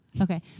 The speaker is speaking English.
Okay